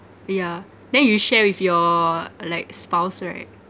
yeah then you share with your like spouse right